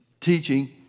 teaching